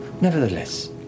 Nevertheless